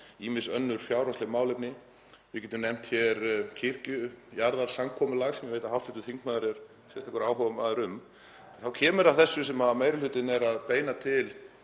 ýmis önnur fjárhagsleg málefni, við getum nefnt hér kirkjujarðasamkomulagið sem ég veit að hv. þingmaður er sérstakur áhugamaður um, þá kemur að þessu sem meiri hlutinn er að beina til